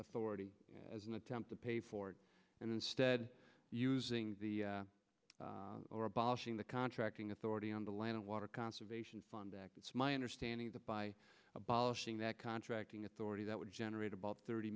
authority as an attempt to pay for it and instead using the or abolishing the contracting authority on the land and water conservation fund act it's my understanding that by abolishing that contracting authority that would generate about thirty